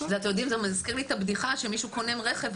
זה מזכיר לי את הבדיחה שמישהו קונה רכב,